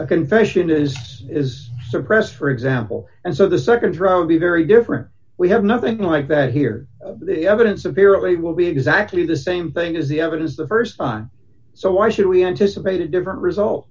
a confession is is suppressed for example and so the nd row would be very different we have nothing like that here evidence apparently will be exactly the same thing as the evidence the st time so why should we anticipate a different result